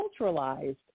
culturalized